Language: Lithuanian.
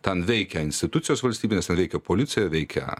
ten veikia institucijos valstybinės ten veikia policija veikia